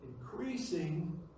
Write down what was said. increasing